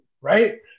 Right